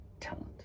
talent